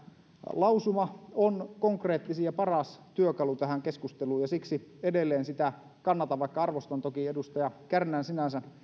lausuma on konkreettisin ja paras työkalu tähän keskusteluun ja siksi edelleen sitä kannatan vaikka arvostan toki edustaja kärnän sinänsä